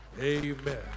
Amen